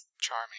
Charming